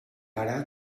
ara